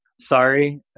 Sorry